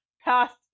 past